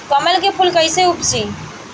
कमल के फूल कईसे उपजी?